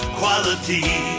quality